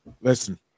Listen